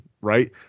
right